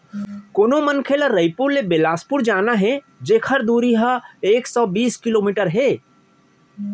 कोनो मनखे ल रइपुर ले बेलासपुर जाना हे जेकर दूरी ह एक सौ बीस किलोमीटर हे